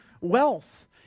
wealth